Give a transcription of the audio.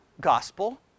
gospel